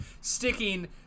sticking